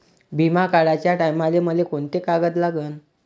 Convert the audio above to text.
बिमा काढाचे टायमाले मले कोंते कागद लागन?